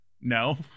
No